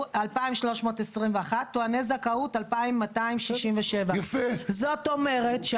בעלי אשרה 2,321. טועני זכאות 2,267. זאת אומרת,